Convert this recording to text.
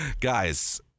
guys